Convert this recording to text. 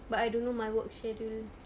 but I don't know my work schedule